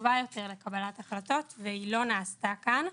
טובה יותר לקבלת החלטות והיא לא נעשתה כאן.